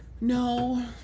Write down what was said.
No